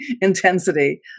intensity